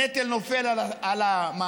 הנטל נופל על המעסיק,